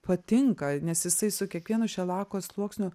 patinka nes jisai su kiekvienu šelako sluoksniu